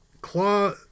Claw